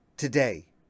Today